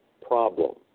problem